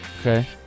Okay